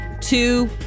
two